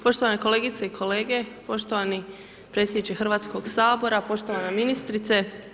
Poštovane kolegice i kolege, poštovani predsjedniče Hrvatskog sabora, poštovana ministrice.